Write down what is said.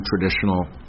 traditional